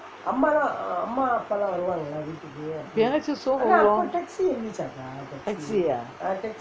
எப்பயாச்சும் som வருவான்:varuvaan taxi ah